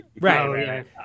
right